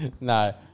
no